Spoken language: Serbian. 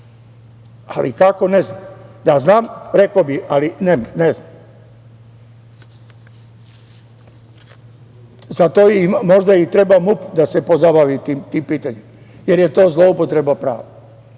ali kako ne znam. Da znam, rekao bih, ali ne znam.Za to im možda treba MUP, da se pozabavi tim pitanjem, jer je to zloupotreba prava.